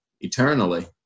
eternally